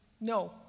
no